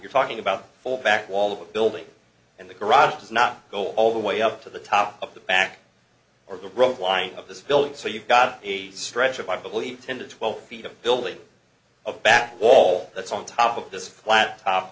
you're talking about for back wall of the building and the garage does not go all the way up to the top of the back or the rope line of this building so you've got a stretch of i believe ten to twelve feet of building a back wall that's on top of this fla